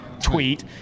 tweet